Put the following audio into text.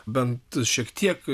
bent šiek tiek